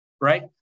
right